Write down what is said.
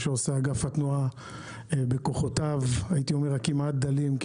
שעושה אגף התנועה בכוחותיו הכמעט דלים,